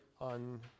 on